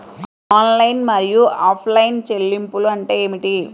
Online మరియు offline చెల్లింపులు అంటే ఏమిటి?